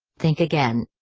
think again.